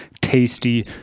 tasty